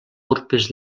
urpes